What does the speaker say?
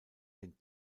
den